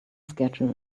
schedule